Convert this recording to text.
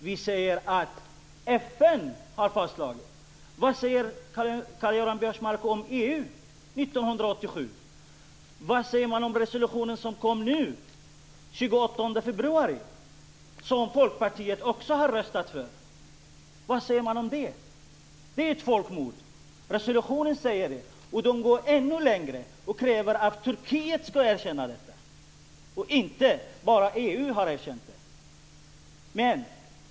Vi säger att FN har fastslagit det. Vad säger Karl-Göran Biörsmark om vad EU sade 1987? Vad säger man om den resolution som kom nu den 28 februari, som Folkpartiet också har röstat för? Vad säger man om det? Det är ett folkmord. Resolutionen säger det. Den går ännu längre och kräver att Turkiet ska erkänna detta. Inte bara EU har erkänt det.